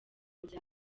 bya